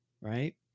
right